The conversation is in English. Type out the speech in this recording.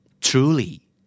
Truly